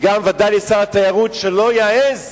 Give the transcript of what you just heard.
וודאי גם לשר התיירות, שלא יעז